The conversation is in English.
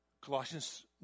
Colossians